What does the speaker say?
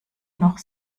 noch